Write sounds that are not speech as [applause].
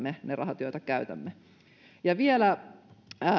[unintelligible] ne ne rahat joita käytämme ja vielä